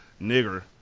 nigger